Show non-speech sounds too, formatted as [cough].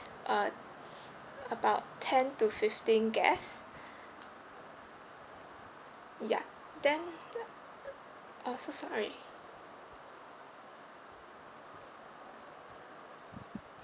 uh about ten to fifteen guests [breath] ya then uh so sorry